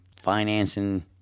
financing